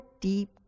deep